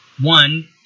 one